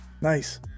Nice